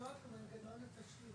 למה כתבתם 22'?